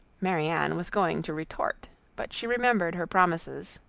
marianne was going to retort, but she remembered her promises,